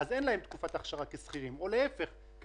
אז שהמדינה תפצה על 50%. אני אומרת שאם